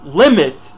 limit